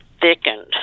thickened